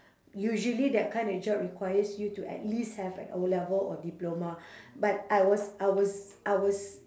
usually that kind of job requires you to at least have an O-level or diploma but I was I was I was